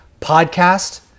podcast